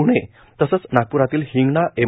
प्णे तसंच नागप्रातील हिंगणा एम